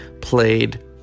played